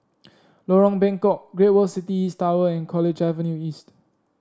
Lorong Bengkok Great World City East Tower and College Avenue East